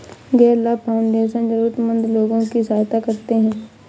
गैर लाभ फाउंडेशन जरूरतमन्द लोगों की सहायता करते हैं